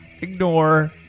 ignore